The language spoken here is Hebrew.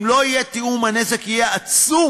אם לא יהיה תיאום, הנזק יהיה עצום.